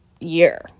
year